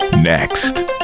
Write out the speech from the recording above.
Next